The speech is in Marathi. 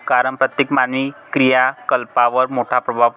कारण प्रत्येक मानवी क्रियाकलापांवर मोठा प्रभाव पडतो